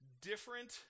different